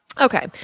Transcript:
Okay